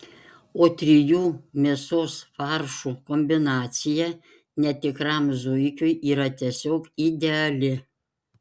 o trijų mėsos faršų kombinacija netikram zuikiui yra tiesiog ideali